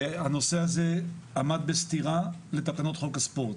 והנושא הזה עמד בסתירה לתקנות חוק הספורט.